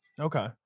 Okay